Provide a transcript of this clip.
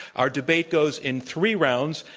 our debate goes in three rounds,